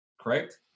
Correct